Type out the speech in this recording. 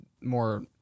more